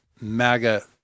MAGA